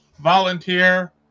volunteer